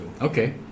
okay